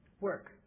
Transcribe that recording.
Work